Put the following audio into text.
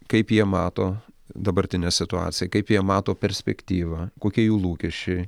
kaip jie mato dabartinę situaciją kaip jie mato perspektyvą kokie jų lūkesčiai